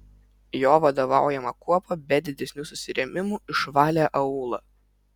jo vadovaujama kuopa be didesnių susirėmimų išvalė aūlą